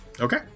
Okay